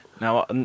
Now